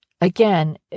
Again